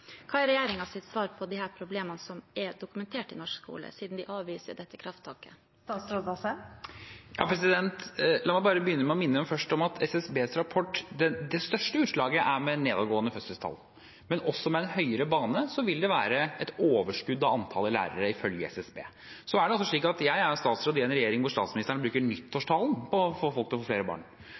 Hva er regjeringens svar på disse problemene, som er dokumentert i norsk skole, siden de avviser dette krafttaket? La meg begynne med å minne om at i SSBs rapport er det største utslaget med nedadgående fødselstall, men også med en høyere bane vil det være et overskudd av antall lærere, ifølge SSB. Jeg er statsråd i en regjering hvor statsministeren bruker nyttårstalen på å få folk til å få flere barn,